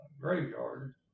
graveyard